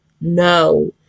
no